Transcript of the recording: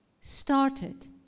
started